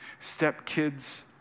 stepkids